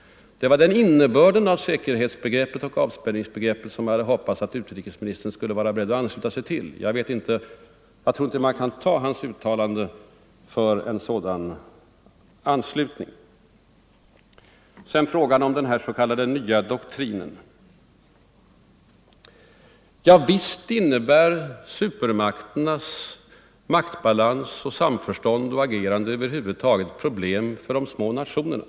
Det var den innebörden av säkerhetsoch avspänningsbegreppet som jag hade hoppats att utrikesministern skulle vara beredd att ansluta sig till. Jag tycker inte att man kan ta hans svar som uttryck för en sådan anslutning. Sedan frågan om den s.k. nya doktrinen. Ja visst innebär supermakternas maktbalans, samförstånd och agerande över huvud taget problem för de små nationerna.